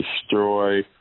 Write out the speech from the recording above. destroy